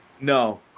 No